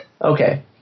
Okay